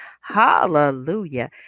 Hallelujah